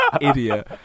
idiot